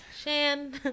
Shan